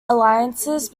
alliances